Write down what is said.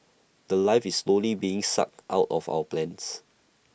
The Life is slowly being sucked out of our plants